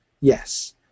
Yes